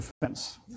defense